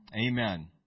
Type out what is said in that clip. Amen